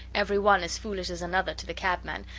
every one as foolish as another to the cabman,